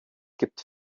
gibt